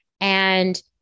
And-